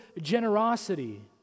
generosity